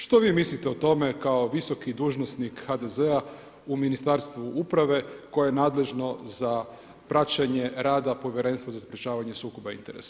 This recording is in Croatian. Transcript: Što vi mislite o tome kao visoki dužnosnik HDZ-a u Ministarstvu uprave koje je nadležno za praćenje rada Povjerenstva za sprečavanje sukoba interesa?